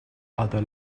other